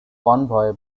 convoy